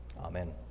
Amen